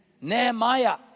Nehemiah